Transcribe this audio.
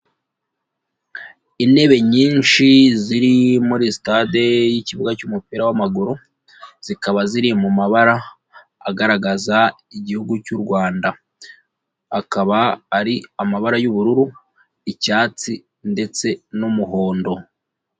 Intebe nyinshi ziri muri sitade y'ikibuga cy'umupira w'amaguru, zikaba ziri mu mabara agaragaza Igihugu cy'u Rwanda. Akaba ari amabara y'ubururu, icyatsi ndetse n'umuhondo.